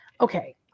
okay